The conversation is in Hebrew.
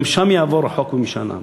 גם שם יעבור ההסכם במשאל עם.